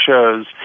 shows